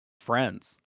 friends